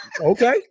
Okay